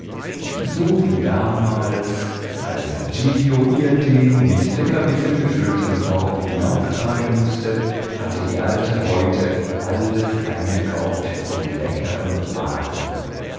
so wie damals als giglio ihr den mit leckerbissen gefüllten korb hinauftragen mußte hatte die alte heute alles eingekauft zum leckern mahl